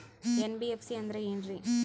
NBFC ಅಂದ್ರ ಏನ್ರೀ?